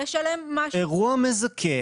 אירוע מזכה,